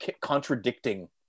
contradicting